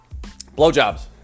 Blowjobs